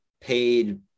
paid